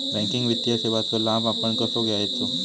Banking वित्तीय सेवाचो लाभ आपण कसो घेयाचो?